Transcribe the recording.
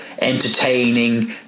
Entertaining